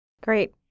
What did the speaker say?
Great